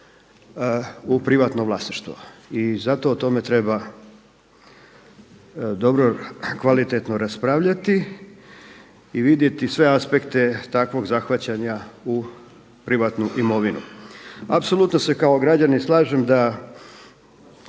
u privatno vlasništvo. I zato o tome treba dobro kvalitetno raspravljati i vidjeti sve aspekte takvog zahvaćanja u privatnu imovinu. Apsolutno se kao građanin slažem da